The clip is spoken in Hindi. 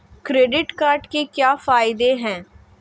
क्रेडिट कार्ड के क्या फायदे हैं?